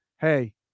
Hey